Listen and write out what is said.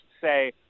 say